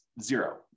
zero